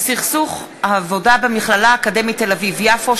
ומיקי רוזנטל בנושא: סכסוך העבודה במכללה האקדמית תל-אביב יפו.